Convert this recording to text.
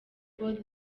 world